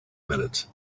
minute